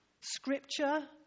Scripture